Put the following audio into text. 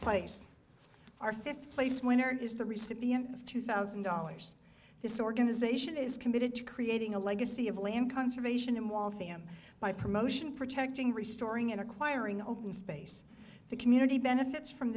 place our fifth place winner is the recipient of two thousand dollars this organization is committed to creating a legacy of land conservation in wall them by promotion protecting restoring in acquiring open space the community benefits from